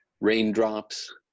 raindrops